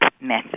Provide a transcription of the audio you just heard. method